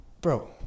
bro